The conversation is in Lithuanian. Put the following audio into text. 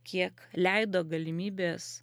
kiek leido galimybės